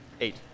Eight